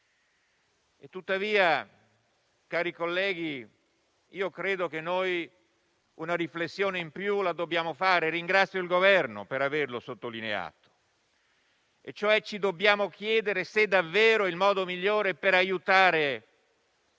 Tuttavia, colleghi, credo che una riflessione in più la dobbiamo fare e ringrazio il Governo per averlo sottolineato. Ci dobbiamo cioè chiedere se davvero il modo migliore per aiutare